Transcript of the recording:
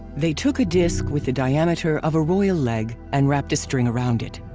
they took a disc with the diameter of a royal leg and wrapped a string around it.